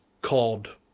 called